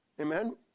Amen